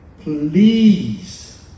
Please